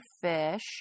fish